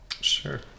Sure